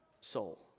soul